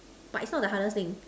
but it's not the hardest thing